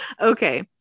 Okay